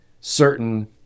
certain